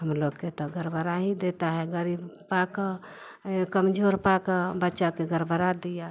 हम लोग के तो गरबरा ही देता है गरीब पाक का कमजोर पाकर बच्चा के गड़बड़ा दिया